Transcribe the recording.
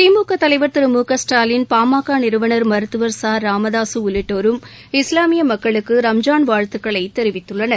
திமுக தலைவர் திரு மு க ஸ்டாலின் பாமக நிறுவனர் மருத்துவர் ச ராமதாசு உள்ளிட்டோரும் இஸ்லாமிய மக்களுக்கு ரம்ஜான் வாழ்த்துக்களை தெரிவித்துள்ளனர்